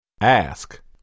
Ask